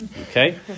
okay